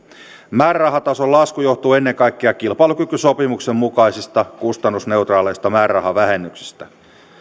määrärahatason lasku johtuu ennen kaikkea kilpailukykysopimuksen mukaisista kustannusneutraaleista määrärahavähennyksistä